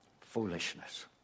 foolishness